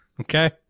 Okay